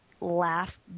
laugh